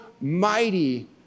mighty